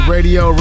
Radio